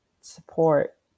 support